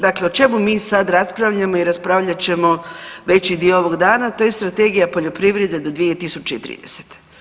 Dakle, o čemu mi sad raspravljamo i raspravljat ćemo veći dio ovog dana, to je Strategija poljoprivrede do 2030.